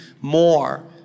more